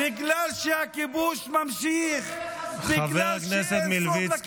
בגלל שהכיבוש נמשך, לא תהיה לך זכות,